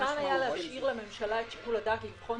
ניתן היה להשאיר לממשלה את שיקול הדעת לבחון